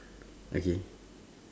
okay